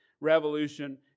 revolution